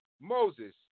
Moses